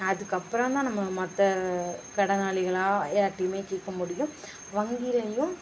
அதுக்கு அப்புறம் தான் நம்ம மற்ற கடனாளிகளாக எல்லாத்தையுமே தீர்க்க முடியும் வங்கியிலையும்